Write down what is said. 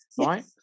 right